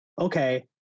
Okay